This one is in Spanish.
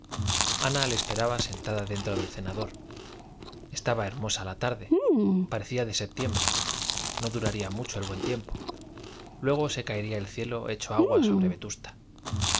ana le esperaba sentada dentro del cenador estaba hermosa la tarde parecía de septiembre no duraría mucho el buen tiempo luego se caería el cielo hecho agua sobre vetusta